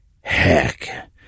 Heck